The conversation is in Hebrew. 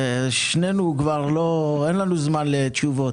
שנינו אין לנו זמן לתשובות.